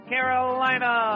Carolina